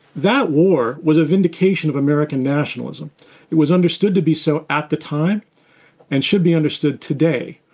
that war was a vindication of american nationalism it was understood to be so at the time and should be understood today.